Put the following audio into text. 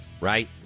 right